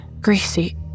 Greasy